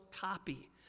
copy